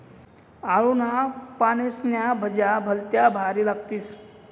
आळूना पानेस्न्या भज्या भलत्या भारी लागतीस